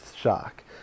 shock